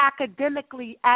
academically